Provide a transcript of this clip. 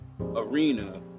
arena